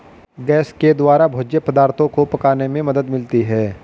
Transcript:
gas के द्वारा भोज्य पदार्थो को पकाने में मदद मिलती है